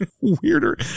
Weirder